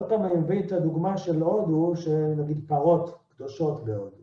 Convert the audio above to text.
אתה מביא את הדוגמה של הודו שנגיד פרות קדושות בהודו.